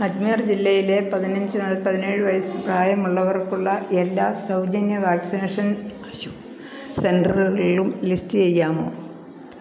അജ്മീർ ജില്ലയിലെ പതിനഞ്ച് മുതൽ പതിനേഴ് വയസ്സ് പ്രായമുള്ളവർക്കുള്ള എല്ലാ സൗജന്യ വാക്സിനേഷൻ സെൻററുകളും ലിസ്റ്റ് ചെയ്യാമോ